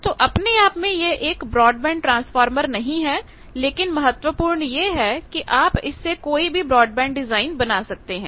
तो अपने आप में यह एक ब्रॉडबैंड ट्रांसफार्मर नहीं है लेकिन महत्वपूर्ण यह है कि आप इस से कोई भी ब्रॉडबैंड डिजाइन बना सकते हैं